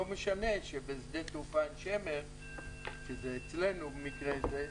לא משנה שבשדה התעופה עין שמר שזה אצלנו במקרה זה,